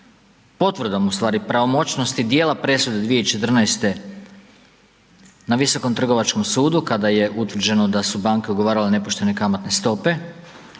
potvrdom ustvari pravomoćnosti dijela presude 2014.-te na Visokom trgovačkom sudu, kada je utvrđeno da su banke ugovarale nepoštene kamatne stope,